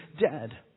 dead